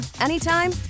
anytime